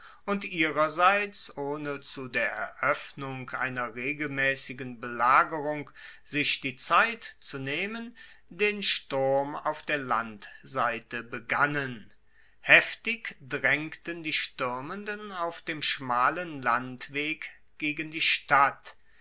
und ihrerseits ohne zu der eroeffnung einer regelmaessigen belagerung sich die zeit zu nehmen den sturm auf der landseite begannen heftig draengten die stuermenden auf dem schmalen landweg gegen die stadt